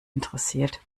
interessiert